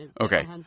okay